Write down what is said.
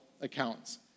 accounts